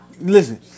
Listen